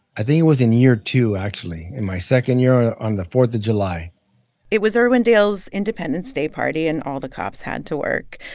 i think it was in year two actually in my second year, on the fourth of july it was irwindale's independence day party, and all the cops had to work.